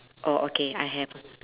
orh okay I have